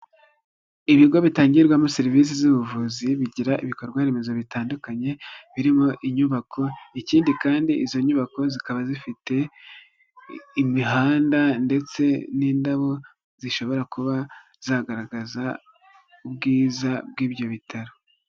Ibigo bitangirwamo serivisi z'ubuvuzi bigira ibikorwaremezo bitandukanye, birimo inyubako ikindi kandi izo nyubako zikaba zifite imihanda ndetse n'indabo, zishobora kuba zagaragaza ubwiza bw'ibyo bitaro.